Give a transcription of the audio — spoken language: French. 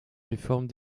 réformes